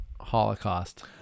Holocaust